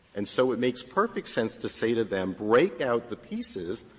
and so it makes perfect sense to say to them, break out the pieces,